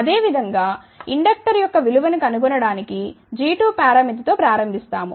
అదేవిధంగాఇండక్టర్ యొక్క విలువ కనుగొనడానికి g2 పరామితి తో ప్రారంభిస్తాము